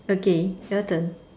okay your turn